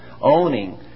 owning